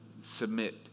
submit